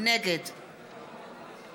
נגד